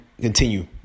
continue